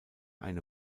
eine